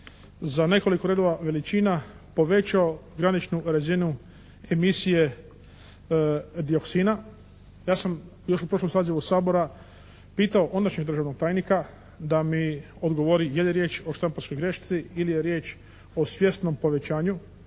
za nekoliko redova, veličina povećao graničnu razinu emisije dioksina. Ja sam još u prošlom sazivu Sabora pitao ondašnjeg državnog tajnika da mi odgovori je li riječ o štamparskoj grešci ili je riječ o svjesnom povećanju